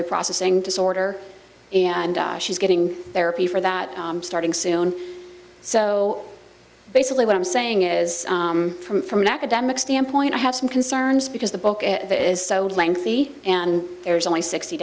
auditory processing disorder and she's getting therapy for that starting soon so basically what i'm saying is from from an academic standpoint i have some concerns because the book is so lengthy and there's only sixty